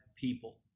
people